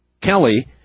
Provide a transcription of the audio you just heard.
Kelly